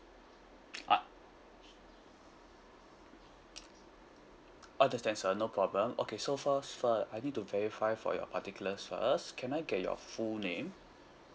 ah understand sir no problem okay so for first I need to verify for your particulars first can I get your full name